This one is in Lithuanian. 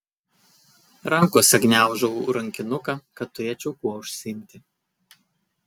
rankose gniaužau rankinuką kad turėčiau kuo užsiimti